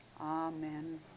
Amen